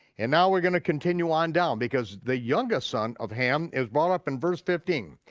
and now we're gonna continue on down because the youngest son of ham is brought up in verse fifteen.